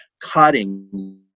cutting